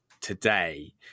today